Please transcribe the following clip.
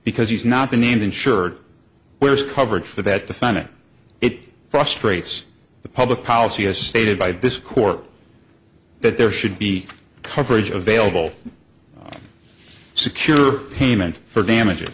because he's not the named insured where is covered for that the fan and it frustrates the public policy as stated by this court that there should be coverage available secure payment for damage